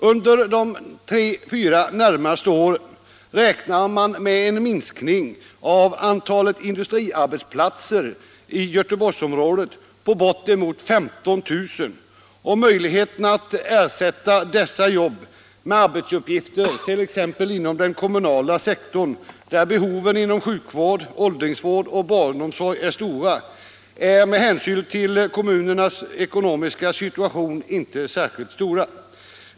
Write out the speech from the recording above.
Under de tre fyra närmaste åren räknar man med en minskning av antalet industriarbetsplatser i Göteborgsområdet på bortemot 15 000, och möjligheterna att ersätta dessa jobb med arbetsuppgifter inom t.ex. den kommunala sektorn, där behoven inom sjukvård, åldringsvård och barnomsorg är stora, är med hänsyn till kommunernas ekonomiska situation inte särskilt stora.